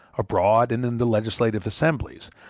abroad and in the legislative assemblies,